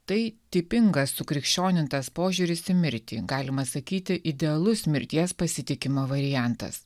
tai tipingas sukrikščionintas požiūris į mirtį galima sakyti idealus mirties pasitikimo variantas